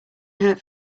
hurt